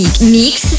Mix